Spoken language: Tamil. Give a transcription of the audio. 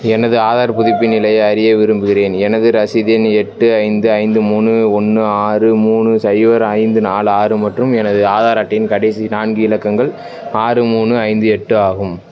எனது ஆதார் புதுப்பின் நிலையை அறிய விரும்புகிறேன் எனது ரசீது எண் எட்டு ஐந்து ஐந்து மூணு ஒன்று ஆறு மூணு சைபர் ஐந்து நாலு ஆறு மற்றும் எனது ஆதார் அட்டையின் கடைசி நான்கு இலக்கங்கள் ஆறு மூணு ஐந்து எட்டு ஆகும்